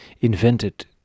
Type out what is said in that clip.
invented